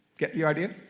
get the idea?